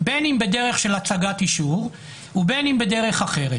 בין אם בדרך של הצגת אישור ובין אם בדרך אחרת.